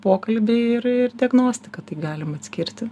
pokalbį ir ir diagnostiką tai galima atskirti